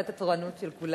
היא עושה את התורנות של כולם,